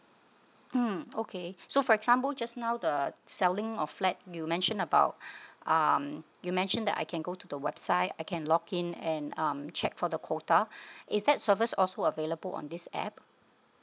mm okay so for example just now the selling of flat you mentioned about um you mentioned that I can go to the website I can log in and um check for the quota is that servers also available on this app